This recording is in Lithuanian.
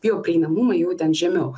bioprieinamumą jau ten žemiau